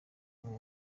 ubu